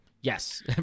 Yes